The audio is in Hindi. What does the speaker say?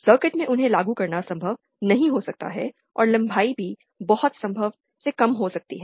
सर्किट में उन्हें लागू करना संभव नहीं हो सकता है और लंबाई भी बहुत संभव से कम हो सकती है